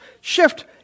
shift